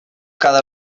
cada